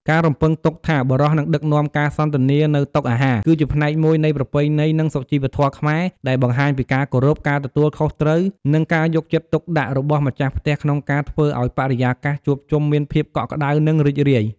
ការរំពឹងទុកថាបុរសនឹងដឹកនាំការសន្ទនានៅតុអាហារ គឺជាផ្នែកមួយនៃប្រពៃណី និងសុជីវធម៌ខ្មែរ ដែលបង្ហាញពីការគោរព ការទទួលខុសត្រូវ និងការយកចិត្តទុកដាក់របស់ម្ចាស់ផ្ទះក្នុងការធ្វើឲ្យបរិយាកាសជួបជុំមានភាពកក់ក្ដៅ និងរីករាយ។